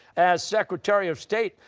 as secretary of state,